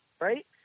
Right